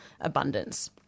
abundance